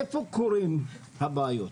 איפה קורים הבעיות?